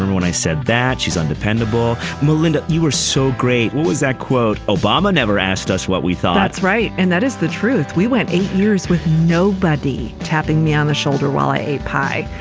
and when i said that she's undependable. melinda, you were so great. what was that quote? obama never asked us what we thought. that's right. and that is the truth. we went eight years with no buddy. tapping me on the shoulder while i eat pie.